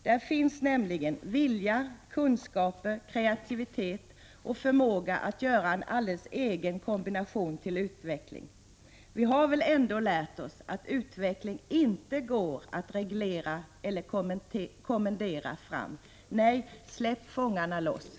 Där finns nämligen vilja, kunskaper och kreativitet samt förmåga att göra en alldeles egen kombination till utveckling. Vi har väl ändå lärt oss att utveckling inte går att reglera eller kommendera fram. Nej, släpp fångarna lösa!